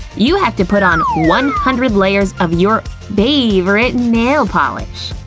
you have to put on one hundred layers of your favourite nail polish!